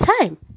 time